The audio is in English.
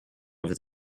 over